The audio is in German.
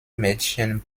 mädchen